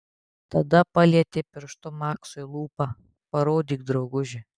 tada palietė pirštu maksui lūpą parodyk drauguži